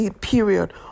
period